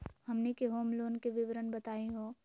हमनी के home loan के विवरण बताही हो?